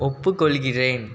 ஒப்புக்கொள்கிறேன்